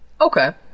Okay